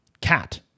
cat